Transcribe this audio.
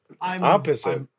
Opposite